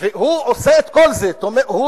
והוא עושה את כל זה, הוא